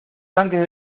tanques